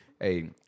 hey